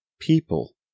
people